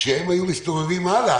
אם הם היו מסתובבים ומדביקים.